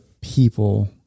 people